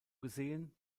gesehen